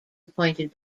appointed